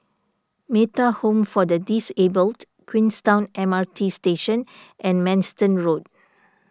Metta Home for the Disabled Queenstown M R T Station and Manston Road